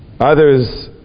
Others